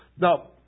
Now